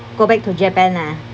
go back to japan ah